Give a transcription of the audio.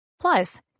Plus